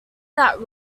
that